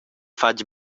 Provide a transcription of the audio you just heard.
fatg